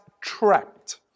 trapped